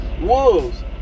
Wolves